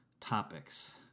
topics